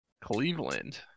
Cleveland